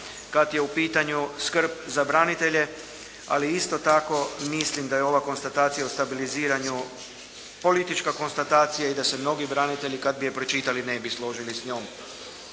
kad je u pitanju skrb za branitelje ali isto tako mislim da je ova konstatacija o stabiliziranju politička konstatacija i da se mnogi branitelji kad bi je pročitali ne bi složili s njom.